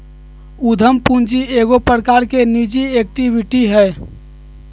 उद्यम पूंजी एगो प्रकार की निजी इक्विटी हइ